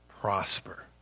prosper